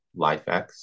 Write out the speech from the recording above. LifeX